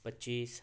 پچیس